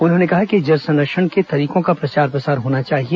उन्होंने कहा कि जल संरक्षण के तरीकों का प्रचार प्रसार होना चाहिए